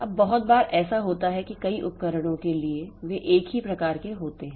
अब बहुत बार ऐसा होता है कि कई उपकरणों के लिए वे एक ही प्रकार के होते हैं